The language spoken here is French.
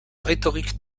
rhétorique